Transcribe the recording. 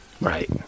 Right